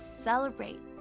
celebrate